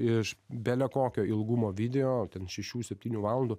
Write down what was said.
iš bele kokio ilgumo video ten šešių septynių valandų